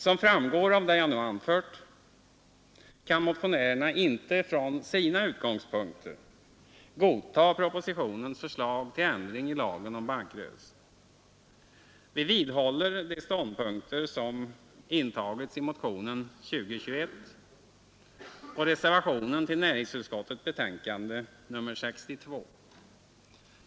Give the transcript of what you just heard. Som framgår av det jag nu anfört kan motionärerna inte från sina utgångspunkter godtaga propositionens förslag till ändring i lagen om bankrörelse. Vi vidhåller de ståndpunkter som intagits i motionen 2021 och i reservationen till näringsutskottets betänkande nr 62.